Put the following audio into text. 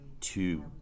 two